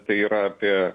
tai yra apie